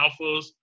alphas